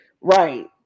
Right